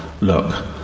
Look